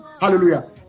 Hallelujah